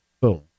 boom